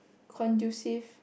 conducive